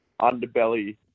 underbelly